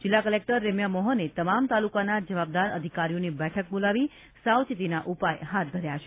જિલ્લા કલેક્ટર રેમ્યા મોહને તમામ તાલુકાના જવાબદાર અધિકારીઓની બેઠક બોલાવી સાવચેતીના ઉપાય હાથ ધર્યા છે